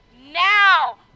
now